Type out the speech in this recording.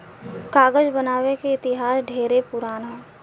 कागज बनावे के इतिहास ढेरे पुरान ह